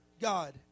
God